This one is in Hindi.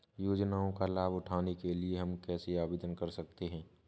योजनाओं का लाभ उठाने के लिए हम कैसे आवेदन कर सकते हैं?